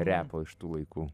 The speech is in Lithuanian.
repo iš tų laikų